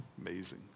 Amazing